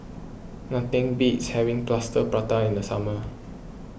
nothing beats having Plaster Prata in the summer